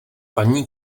paní